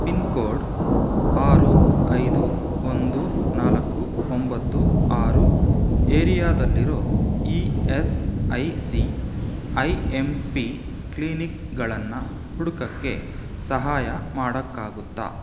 pin code ಆರು ಐದು ಒಂದು ನಾಲ್ಕು ಒಂಬತ್ತು ಆರು ಏರಿಯಾದಲ್ಲಿರೋ E S I C I M P ಕ್ಲಿನಿಕ್ಗಳನ್ನು ಹುಡ್ಕೋಕ್ಕೆ ಸಹಾಯ ಮಾಡೋಕ್ಕಾಗತ್ತಾ